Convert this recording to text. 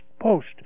Post